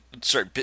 sorry